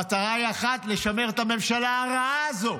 המטרה היא אחת: לשמר את הממשלה הרעה הזאת,